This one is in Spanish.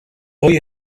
hoy